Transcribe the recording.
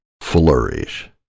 flourish